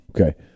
Okay